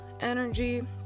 energy